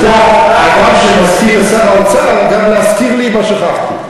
אדם שהוא סגן שר האוצר, גם להזכיר לי מה שכחתי.